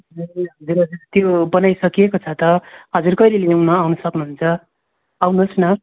ए हजुर हजुर त्यो बनाइसकेको छ त हजुर कहिले ल्याउन आउनु सक्नु हुन्छ आउनु होस् न